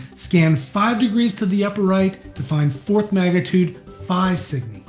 scan five degrees to the upper right to find fourth magnitude phi. so